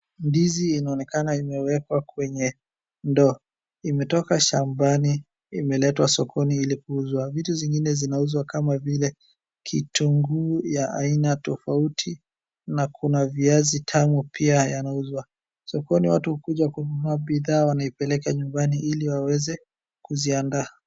Mdizi inaonekana imewekwa kwenye ndoo. Imetoka shambani, imeletwa sokoni ili kuuzwa. Vitu zingine zinauzwa kama vile kitunguu ya aina tofauti na kuna viazi tamu pia yanauzwa. Sokoni watu hukuja kununua bidhaa wanaipeleka nyumbani ili waweze kuziandaa.